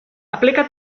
aplica